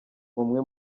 umwe